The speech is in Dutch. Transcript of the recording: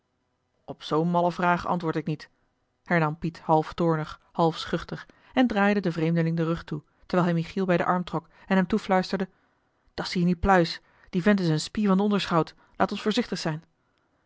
verried op zoo'n malle vraag antwoord ik niet hernam piet half toornig half schuchter en draaide den vreemdeling den rug toe terwijl hij michiel bij den arm trok en hem toefluisterde at zie je niet pluis die vent is een spie van den onderschout laat ons voorzichtig zijn